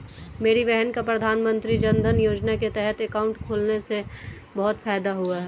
मेरी बहन का प्रधानमंत्री जनधन योजना के तहत अकाउंट खुलने से बहुत फायदा हुआ है